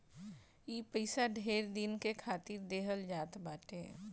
ई पइसा ढेर दिन के खातिर देहल जात बाटे